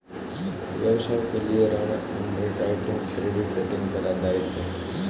व्यवसायों के लिए ऋण अंडरराइटिंग क्रेडिट रेटिंग पर आधारित है